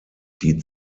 die